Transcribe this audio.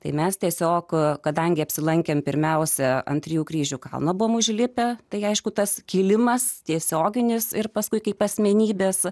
tai mes tiesiog kadangi apsilankėme pirmiausia ant trijų kryžių kalno buvome užlipę tai aišku tas kilimas tiesioginės ir paskui kaip asmenybės